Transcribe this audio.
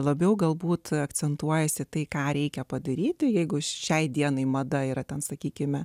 labiau galbūt akcentuoja tai ką reikia padaryti jeigu šiai dienai mada yra tam sakykime